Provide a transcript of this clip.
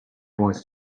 wants